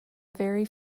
very